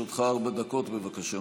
עמיתיי חברי הכנסת וחברות הכנסת,